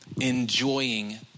enjoying